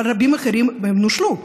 אבל רבים אחרים נושלו.